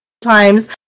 times